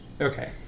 okay